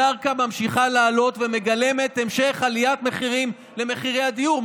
הקרקע ממשיכה לעלות ומגלמת המשך עליית מחירים למחירי הדיור.